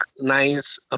nice